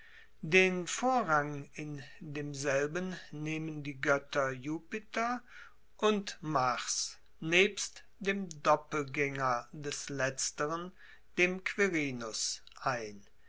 den vorrang in demselben nehmen die goetter jupiter und mars nebst dem doppelgaenger des letzteren dem quirinus ein